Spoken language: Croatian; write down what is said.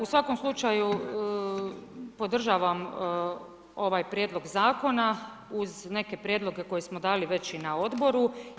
U svakom slučaju podržavam ovaj prijedlog zakona uz neke prijedloge koje smo dali već i na odboru.